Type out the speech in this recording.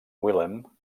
wilhelm